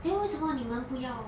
then 为什么你们不要